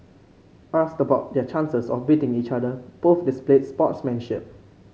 asked about their chances of beating each other both displayed sportsmanship